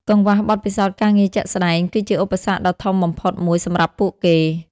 កង្វះបទពិសោធន៍ការងារជាក់ស្តែង គឺជាឧបសគ្គដ៏ធំបំផុតមួយសម្រាប់ពួកគេ។